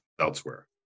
elsewhere